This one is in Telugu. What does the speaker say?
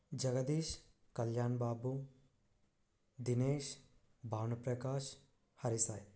జగదీష్ కళ్యాణ్ బాబు దినేష్ భానుప్రకాష్ హరి సాయి